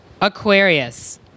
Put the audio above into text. Aquarius